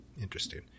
interesting